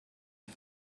had